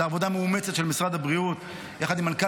זו עבודה מאומצת של משרד הבריאות יחד עם מנכ"ל